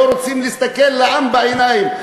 לא רוצים להסתכל לעם בעיניים?